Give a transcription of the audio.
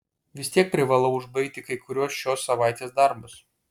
vis tiek privalau užbaigti kai kuriuos šios savaitės darbus